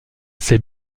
ces